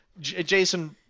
Jason